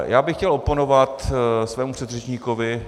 Já bych chtěl oponovat svému předřečníkovi.